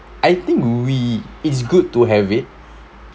I think we it's good to have it